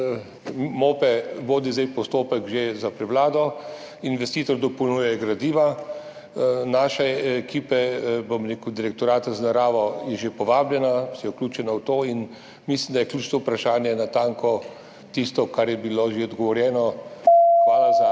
že vodi postopek za prevlado, investitor dopolnjuje gradiva. Naša ekipa Direktorata za naravo je že povabljena, vključena v to. Mislim, da je ključno vprašanje natanko tisto, kar je bilo že odgovorjeno. Hvala za